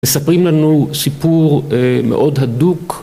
מספרים לנו סיפור מאוד הדוק